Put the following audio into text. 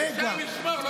אפשר לשמור.